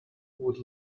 would